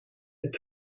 het